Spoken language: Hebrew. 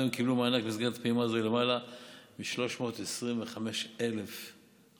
עד היום קיבלו מענק במסגרת פעימה זו למעלה מ-325,000 עצמאים,